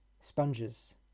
sponges